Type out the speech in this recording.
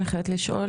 לא רק הסיפור הזה,